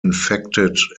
infected